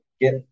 get